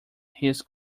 his